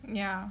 ya